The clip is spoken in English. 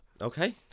Okay